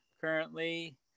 currently